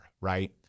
right